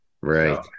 right